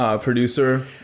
producer